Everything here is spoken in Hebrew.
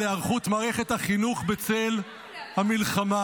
על היערכות מערכת החינוך בצל המלחמה.